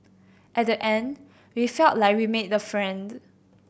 at the end we felt like we made the friends